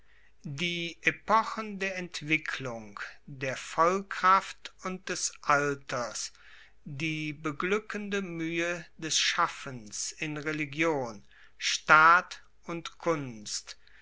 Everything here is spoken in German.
die epochen der entwicklung der vollkraft und des alters die beglueckende muehe des schaffens in religion staat und kunst